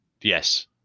yes